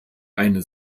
eine